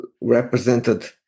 represented